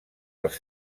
els